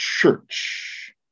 church